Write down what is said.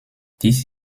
dies